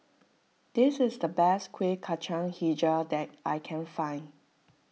this is the best Kuih Kacang HiJau that I can find